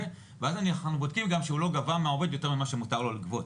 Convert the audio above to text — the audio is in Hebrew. ואז אנחנו בודקים גם שהוא לא גבה מהעובד יותר ממה שמותר לו לגבות.